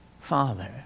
Father